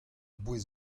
bouez